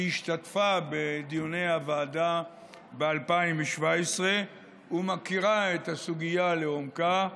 שהשתתפה בדיוני הוועדה ב-2017 ומכירה את הסוגיה לעומקה,